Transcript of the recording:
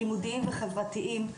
לימודיים וחברתיים.